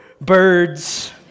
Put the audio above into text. birds